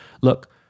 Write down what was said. Look